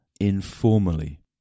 informally